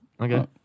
Okay